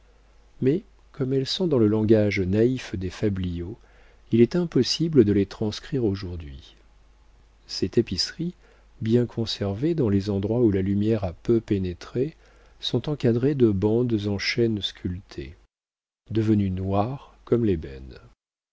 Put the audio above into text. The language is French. mais comme elles sont dans le langage naïf des fabliaux il est impossible de les transcrire aujourd'hui ces tapisseries bien conservées dans les endroits où la lumière a peu pénétré sont encadrées de bandes en chêne sculpté devenu noir comme l'ébène